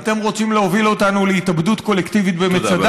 אתם רוצים להוביל אותנו להתאבדות קולקטיבית במצדה?